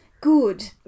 good